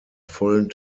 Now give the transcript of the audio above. vollen